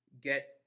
get